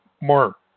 more